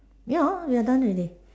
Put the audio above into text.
ya we are done already